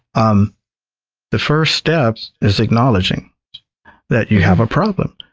um the first step is acknowledging that you have a problem.